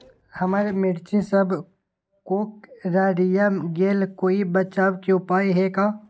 हमर मिर्ची सब कोकररिया गेल कोई बचाव के उपाय है का?